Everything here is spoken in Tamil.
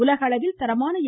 உலகளவில் தரமான எ